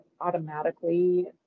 automatically